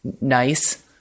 nice